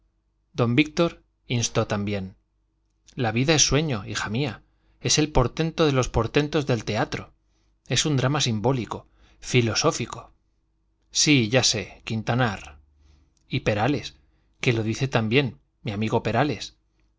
don víctor instó también la vida es sueño hija mía es el portento de los portentos del teatro es un drama simbólico filosófico sí ya sé quintanar y perales que lo dice tan bien mi amigo perales